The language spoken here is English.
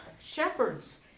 shepherds